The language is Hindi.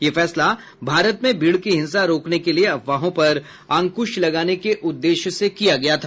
यह फैसला भारत में भीड़ की हिंसा रोकने के लिए अफवाहों पर अंकुश लगाने के उद्देश्य से किया गया था